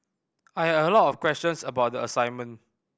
I had a lot of questions about the assignment